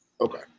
Okay